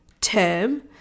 term